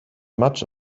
much